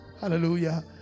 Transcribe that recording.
Hallelujah